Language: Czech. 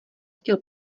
chtěl